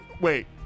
wait